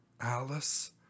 Alice